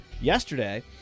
yesterday